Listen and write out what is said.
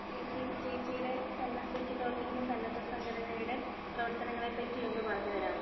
ചേച്ചി ചേച്ചിയുടെ സന്ന ചേച്ചി പ്രവർത്തിക്കുന്ന സന്നദ്ധ സംഘടനയുടെ പ്രവർത്തനങ്ങളെപ്പറ്റി ഒന്നു പറഞ്ഞു തരാമോ